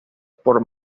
por